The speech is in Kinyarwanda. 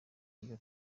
iyo